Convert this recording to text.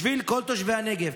בשביל כל תושבי הנגב,